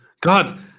God